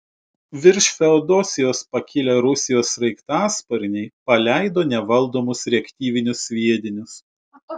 virš feodosijos pakilę rusijos sraigtasparniai paleido nevaldomus reaktyvinius sviedinius